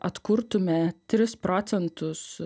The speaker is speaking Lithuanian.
atkurtume tris procentus